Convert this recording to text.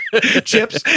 Chips